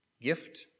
gift